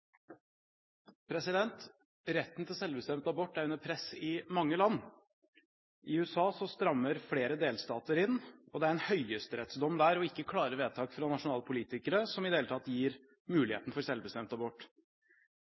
Retten til selvbestemt abort er under press i mange land. I USA strammer flere delstater inn, og det er en høyesterettsdom der, og ikke klare vedtak fra nasjonale politikere, som i det hele tatt gir muligheten for selvbestemt abort.